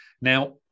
now